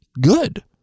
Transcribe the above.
good